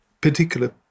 particular